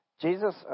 Jesus –